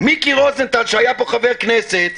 מיקי רוזנטל, שהיה פה חבר כנסת,